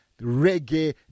reggae